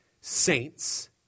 saints